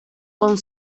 con